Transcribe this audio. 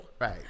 Right